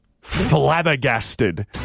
flabbergasted